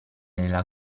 nella